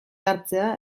hartzea